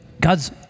God's